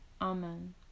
amen